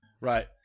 Right